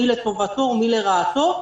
מי לטובתו ומי לרעתו,